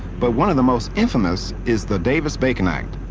but one of the most infamous is the davis-bacon act,